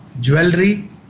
jewelry